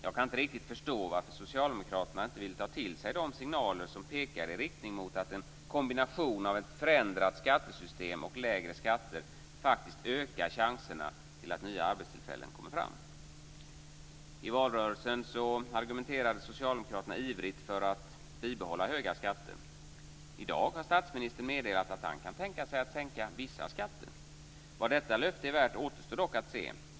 Jag kan inte riktigt förstå varför socialdemokraterna inte vill ta till sig de signaler som pekar i riktning mot att en kombination av förändrat skattesystem och lägre skatter faktiskt ökar chanserna till att nya arbetstillfällen kommer fram. I valrörelsen argumenterade socialdemokraterna ivrigt för att bibehålla höga skatter. I dag har statsministern meddelat att han kan tänka sig att sänka vissa skatter. Vad detta löfte är värt återstår dock att se.